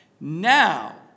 Now